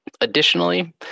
Additionally